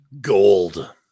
gold